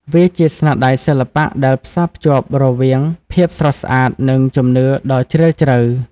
វាជាស្នាដៃសិល្បៈដែលផ្សារភ្ជាប់រវាងភាពស្រស់ស្អាត និងជំនឿដ៏ជ្រាលជ្រៅ។